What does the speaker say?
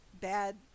bad